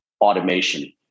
automation